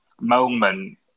moment